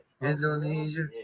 Indonesia